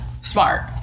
smart